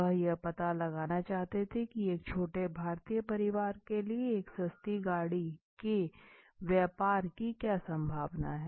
वह यह पता लगाना चाहते थे की एक छोटे भारतीय परिवार के लिए एक सस्ती गाडी के व्यापार की क्या संभावनाएं हैं